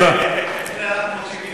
למה לא עשית את זה,